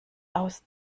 aus